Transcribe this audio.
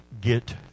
get